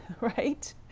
right